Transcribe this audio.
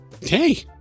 Hey